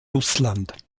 russland